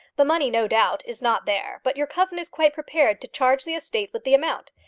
the money, no doubt, is not there but your cousin is quite prepared to charge the estate with the amount.